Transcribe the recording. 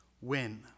win